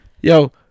Yo